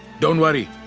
don't worry.